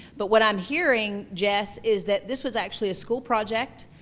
but what i'm hearing, jess, is that this was actually a school project.